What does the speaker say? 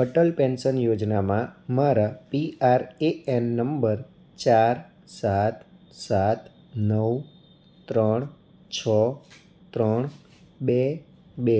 Atal pension યોજનામાં મારા P R A N નંબર ચાર સાત સાત નવ ત્રણ છ ત્રણ બે બે